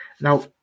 Now